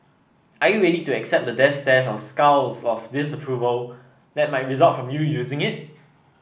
are you ready to accept the death stares or scowls of disapproval that might result from you using it